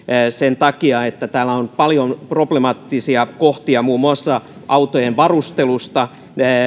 sen takia että täällä on paljon problemaattisia kohtia muun muassa autojen varustelusta